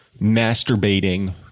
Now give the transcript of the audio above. masturbating